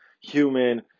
human